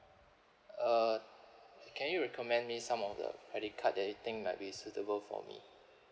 uh can you recommend me some of the credit card that you think might be suitable for me